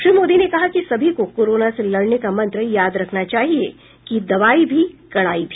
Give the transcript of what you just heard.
श्री मोदी ने कहा कि सभी को कोरोना से लड़ने का मंत्र याद रखना चाहिए कि दवाई भी कड़ाई भी